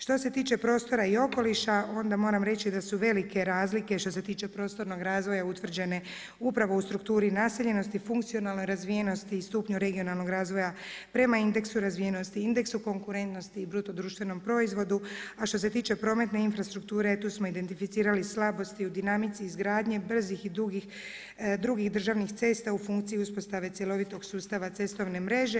Što se tiče prostora i okoliša, onda moram reći da su velike razlike, što se tiče prostornog razvoja utvrđene upravo u strukturi naseljenosti, funkcionalne razvijenosti i stupnju regionalnog razvoja prema indeksu razvijenosti, indeksu konkurentnosti i BDP-u, a što se tiče prometne infrastrukture, tu smo identificirali slabost u dinamici izgradnje, brzih i drugih državnih cesta u funkciji uspostave cjelovitog sustava cestovne mreže.